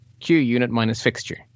qunit-minus-fixture